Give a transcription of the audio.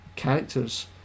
Characters